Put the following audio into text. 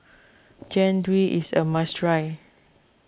Jian Dui is a must try